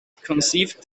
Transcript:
conceived